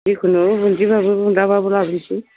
जिखुनु बुन्दिबाबो बुन्दाबाबो लाबोनोसै